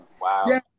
Wow